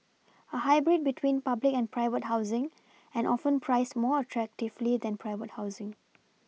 a hybrid between public and private housing and often priced more attractively than private housing